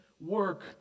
work